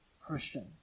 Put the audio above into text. Christian